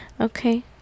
okay